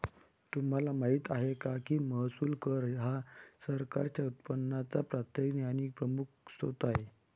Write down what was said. तुम्हाला माहिती आहे का की महसूल कर हा सरकारच्या उत्पन्नाचा प्राथमिक आणि प्रमुख स्त्रोत आहे